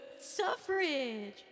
suffrage